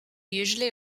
usually